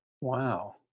Wow